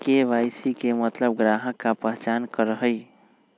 KYC के मतलब ग्राहक का पहचान करहई?